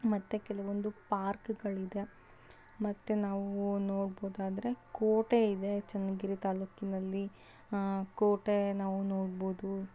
ಮತ್ತೆ ಕೆಲವೊಂದು ಪಾರ್ಕ್ಗಳಿದೆ ಮತ್ತೆ ನಾವು ನೋಡ್ಬೋದಾದ್ರೆ ಕೋಟೆ ಇದೆ ಚನ್ನಗಿರಿ ತಾಲೂಕಿನಲ್ಲಿ ಕೋಟೆ ನಾವು ನೋಡ್ಬೋದು